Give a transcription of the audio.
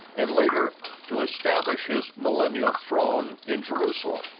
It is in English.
and later to establish his millennial throne in jerusalem.